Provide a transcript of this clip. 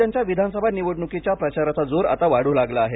आसाम पाच राज्यांच्या विधानसभा निवडणुकीच्या प्रचाराचा जोर आता वाढू लागला आहे